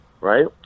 right